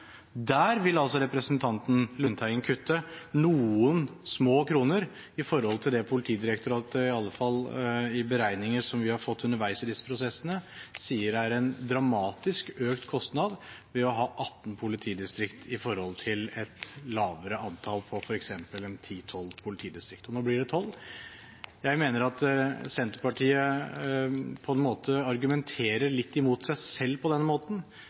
Der vil representanten Lundteigen kutte noen små kroner i forhold til det Politidirektoratet, i alle fall i beregninger som vi har fått underveis i disse prosessene, sier er en dramatisk økt kostnad ved å ha 18 politidistrikt i forhold til et lavere antall på f.eks. 10–12 politidistrikt. Nå blir det 12. Jeg mener at Senterpartiet på en måte argumenterer litt mot seg selv på denne måten.